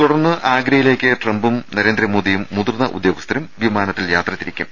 തുടർന്ന് ആഗ്രയിലേക്ക് ട്രംപും നരേന്ദ്രമോദിയും മുതിർന്ന ഉദ്യോഗ സ്ഥരും വിമാനത്തിൽ യാത്രതിരിക്കും